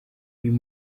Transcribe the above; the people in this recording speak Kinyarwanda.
uyu